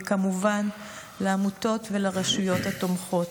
וכמובן לעמותות ולרשויות התומכות.